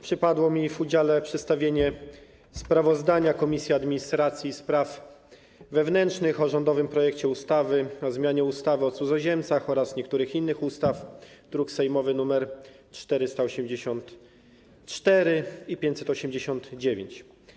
Przypadło mi w udziale przedstawienie sprawozdania Komisji Administracji i Spraw Wewnętrznych o rządowym projekcie ustawy o zmianie ustawy o cudzoziemcach oraz niektórych innych ustaw, druki sejmowe nr 484 i 589.